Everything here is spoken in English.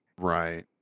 Right